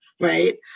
right